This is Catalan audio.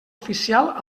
oficial